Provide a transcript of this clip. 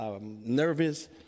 nervous